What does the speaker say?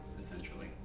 essentially